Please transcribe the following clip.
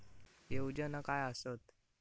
योजना काय आसत?